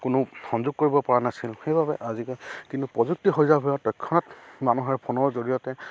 কোনো সংযোগ কৰিব পৰা নাছিল সেইবাবে আজিকালি কিন্তু প্ৰযুক্তি হৈ যোৱাৰ ফলত তৎক্ষণাত মানুহৰ ফোনৰ জৰিয়তে